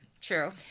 True